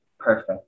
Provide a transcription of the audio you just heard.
perfect